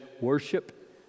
worship